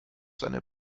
seine